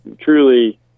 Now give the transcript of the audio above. truly